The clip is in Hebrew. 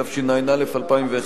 התשע"א 2011,